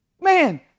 man